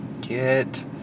get